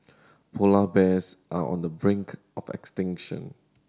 polar bears are on the brink of extinction